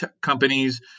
companies